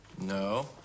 No